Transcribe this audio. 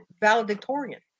valedictorian